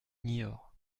niort